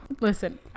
Listen